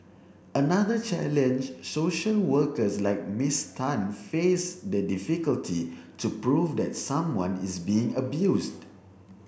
another challenge social workers like Miss Tan face is the difficulty to prove that someone is being abused